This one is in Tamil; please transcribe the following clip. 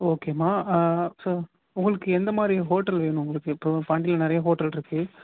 ஓகேம்மா ஸோ உங்களுக்கு எந்தமாதிரி ஹோட்டல் வேணும் உங்களுக்கு இப்போது பாண்டியில் நிறையா ஹோட்டலிருக்கு